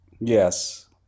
Yes